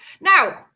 Now